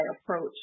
approach